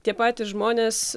tie patys žmonės